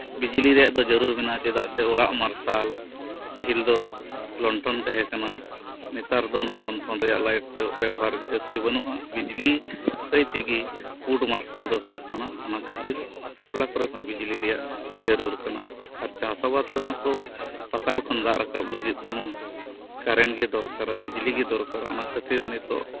ᱵᱤᱡᱽᱞᱤ ᱨᱮᱱᱟᱜ ᱫᱚ ᱡᱟᱹᱨᱩᱲ ᱢᱮᱱᱟᱜᱼᱟ ᱪᱮᱫᱟᱜ ᱥᱮ ᱚᱲᱟᱜ ᱢᱟᱨᱥᱟᱞ ᱯᱟᱹᱦᱤᱞ ᱫᱚ ᱞᱚᱱᱴᱷᱚᱱ ᱛᱟᱦᱮᱸ ᱠᱟᱱᱟ ᱱᱮᱛᱟᱨ ᱫᱚ ᱚᱱᱟ ᱞᱚᱱᱴᱷᱚᱱ ᱨᱮᱭᱟᱜ ᱞᱟᱭᱤᱴ ᱛᱮ ᱵᱮᱵᱚᱦᱟᱨ ᱡᱟᱹᱥᱛᱤ ᱵᱟᱹᱱᱩᱜᱼᱟ ᱵᱤᱡᱽᱞᱤ ᱠᱟᱹᱭ ᱛᱤᱜᱤ ᱯᱩᱸᱰ ᱢᱟᱨᱥᱟᱞ ᱫᱚ ᱦᱩᱭᱩᱜ ᱠᱟᱱᱟ ᱚᱱᱟᱠᱷᱟᱹᱛᱤᱨ ᱟᱛᱳ ᱴᱚᱞᱟ ᱠᱚᱨᱮ ᱦᱚᱸ ᱵᱤᱡᱽᱞᱤ ᱨᱮᱭᱟᱜ ᱡᱟᱹᱨᱩᱲ ᱠᱟᱱᱟ ᱟᱨ ᱪᱟᱥ ᱟᱵᱟᱫ ᱨᱮᱢᱟ ᱛᱚ ᱯᱟᱛᱟᱞ ᱠᱷᱚᱱ ᱫᱟᱜ ᱨᱟᱠᱟᱵ ᱞᱟᱹᱜᱤ ᱛᱮᱢᱟ ᱠᱟᱨᱮᱱ ᱜᱤ ᱫᱚᱨᱠᱟᱨᱟ ᱵᱤᱡᱽᱞᱤᱜᱤ ᱫᱚᱨᱠᱟᱨᱟ ᱚᱱᱟ ᱠᱷᱟᱹᱛᱤᱨ ᱱᱤᱛᱚᱜ